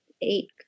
eight